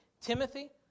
Timothy